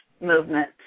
movement